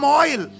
oil